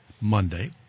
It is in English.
Monday